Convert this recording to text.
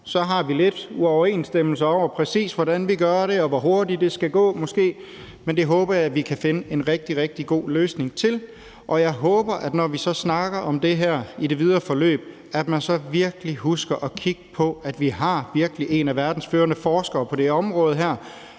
Så har vi lidt uoverensstemmelser om, præcis hvordan vi gør det, og måske hvor hurtigt det skal gå, men det håber jeg vi kan finde en rigtig, rigtig god løsning på. Jeg håber, at man, når vi så snakker om det her i det videre forløb, så virkelig husker at kigge på, at vi virkelig har en af verdens førende forskere på det her